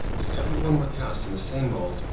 if every one were cast in the same mould,